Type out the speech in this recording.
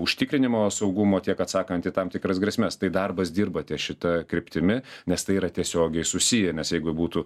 užtikrinimo saugumo tiek atsakant į tam tikras grėsmes tai darbas dirbate šita kryptimi nes tai yra tiesiogiai susiję nes jeigu būtų